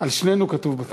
אצל שנינו כתוב בת-ים.